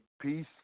peace